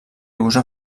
usa